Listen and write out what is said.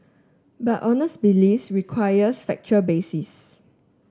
but honest belief requires factual basis